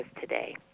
today